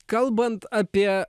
kalbant apie